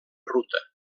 ruta